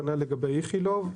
כנ"ל לגבי איכילוב.